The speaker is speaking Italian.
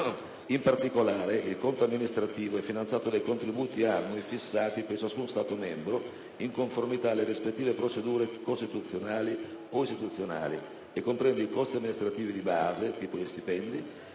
In particolare, il conto amministrativo è finanziato dai contributi annui fissati per ciascun Stato membro, in conformità alle rispettive procedure costituzionali o istituzionali e comprende i costi amministrativi di base (stipendi